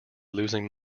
losing